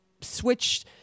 switch